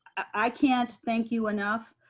i can't thank you enough.